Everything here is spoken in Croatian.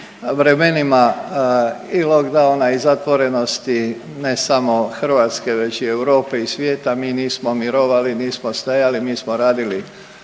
vremenima i lockdowna i zatvorenosti ne samo Hrvatske već i Europe i svijeta. Mi nismo mirovali, nismo stajali, mi smo radili